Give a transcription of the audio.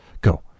Go